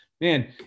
man